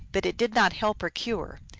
but it did not help or cure.